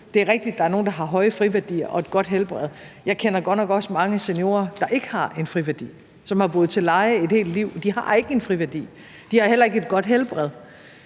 Det er rigtigt, at der er nogle, der har høje friværdier og et godt helbred. Jeg kender godt nok også mange seniorer, som har boet til leje et helt liv, og som ikke har en friværdi. De har ikke en friværdi, og de har heller ikke et godt helbred.